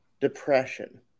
depression